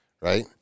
right